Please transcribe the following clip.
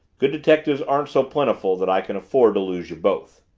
good detectives aren't so plentiful that i can afford to lose you both.